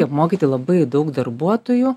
apmokyti labai daug darbuotojų